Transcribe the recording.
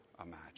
imagine